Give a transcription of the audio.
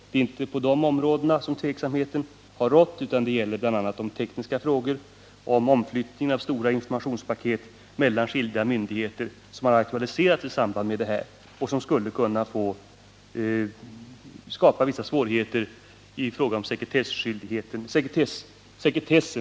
Det är inte på dessa områden som tveksamhet har rått, utan det som har aktualiserats är bl.a. tekniska frågor i samband med omflyttning av stora informationspaket mellan skilda myndigheter som skulle kunna skapa svårigheter för företagen när det gäller sekretessen.